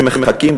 שמחכים.